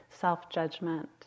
self-judgment